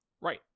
Right